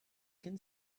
can